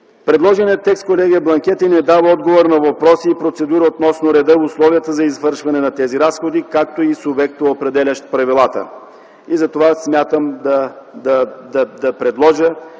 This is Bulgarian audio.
Предложеният текст, колеги, е бланкет и не дава отговор на въпроси и процедури относно реда и условието за извършване на тези разходи, както и субекта, определящ правилата. Смятам да предложа